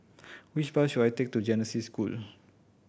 which bus should I take to Genesis School